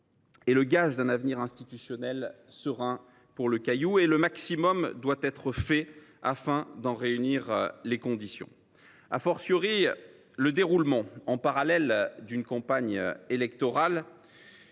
le gage d’un avenir institutionnel serein pour le Caillou et le maximum doit être fait afin d’en réunir les conditions. Évidemment, le déroulement, en parallèle, d’une campagne électorale,